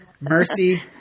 mercy